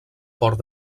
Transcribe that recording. port